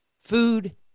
food